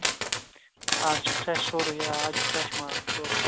اَز چھِ فرٛٮ۪ش سورُے آ اَز چھُ فرٛٮ۪ش مال سورُے